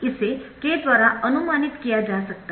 इसे k द्वारा अनुमानित किया जा सकता है